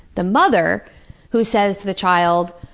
the mother who says to the child,